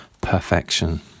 perfection